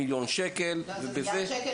זה מיליארד שקל